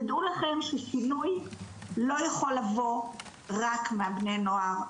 תדעו לכם ששינוי לא יכול לבוא רק מבני הנוער,